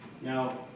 Now